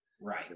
Right